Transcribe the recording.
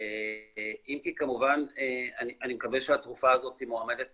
אם כי כמובן אני מקווה שהתרופה הזאת מועמדת